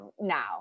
now